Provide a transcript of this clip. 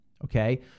Okay